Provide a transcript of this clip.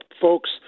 folks